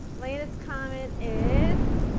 latest comment is